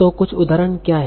तो कुछ उदाहरण क्या हैं